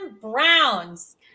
Browns